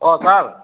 অঁ ছাৰ